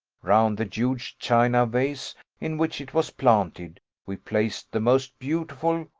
round the huge china vase in which it was planted we placed the most beautiful,